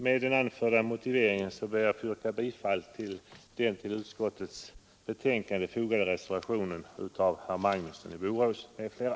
Med den anförda motiveringen ber jag få yrka bifall till den vid utskottets betänkande fogade reservationen av herr Magnusson i Borås m.fl.